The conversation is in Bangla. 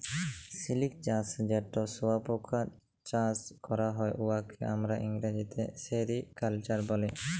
সিলিক চাষ যেট শুঁয়াপকা চাষ ক্যরা হ্যয়, উয়াকে আমরা ইংরেজিতে সেরিকালচার ব্যলি